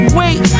wait